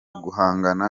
guhangana